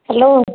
hello